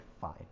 Fine